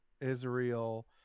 Israel